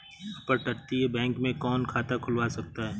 अपतटीय बैंक में कौन खाता खुलवा सकता है?